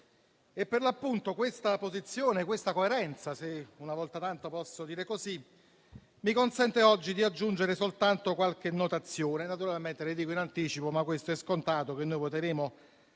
Per l'appunto, questa posizione e questa coerenza - se una volta tanto posso dire così - mi consentono oggi di aggiungere soltanto qualche notazione. Naturalmente le dico in anticipo, ma questo è scontato, che noi voteremo